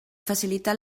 facilitar